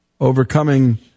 overcoming